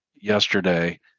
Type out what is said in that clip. yesterday